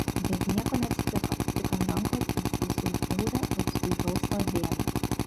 bet nieko neatsitiko tik ant rankos įsitaisiau bjaurią rausvai balsvą dėmę